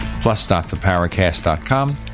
plus.thepowercast.com